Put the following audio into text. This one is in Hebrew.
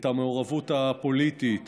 את המעורבות הפוליטית